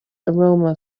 aroma